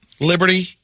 Liberty